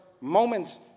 moments